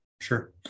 Sure